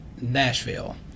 Nashville